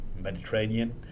Mediterranean